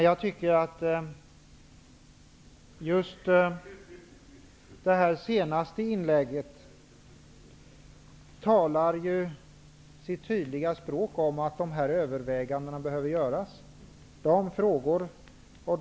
Jag anser emellertid att det senaste inlägget talar sitt tydliga språk för att de här övervägandena bör göras.